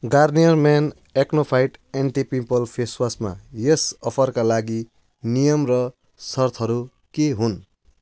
Garnier men acno fight anti pimple फेसवासमा यस अफरका लागि नियम र सर्तहरू के हुन्